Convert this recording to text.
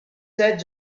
set